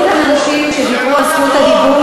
והיו כאן אנשים שוויתרו על רשות הדיבור.